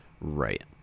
Right